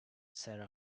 sarah